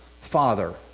Father